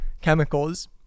chemicals